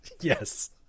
Yes